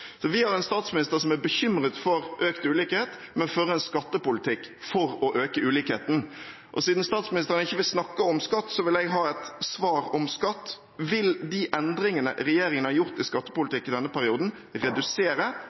Så vi har en statsminister som er bekymret for økt ulikhet, men som fører en skattepolitikk for å øke ulikheten. Siden statsministeren ikke vil snakke om skatt, vil jeg ha et svar om skatt: Vil de endringene regjeringen har gjort i skattepolitikken i denne perioden, redusere